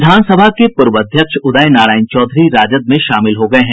विधान सभा के पूर्व अध्यक्ष उदय नारायण चौधरी राजद में शामिल हो गये हैं